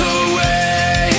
away